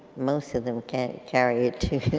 most of them can't carry a tune